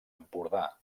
empordà